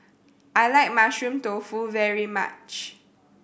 I like Mushroom Tofu very much